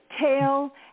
tail